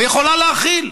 ויכולה להכיל.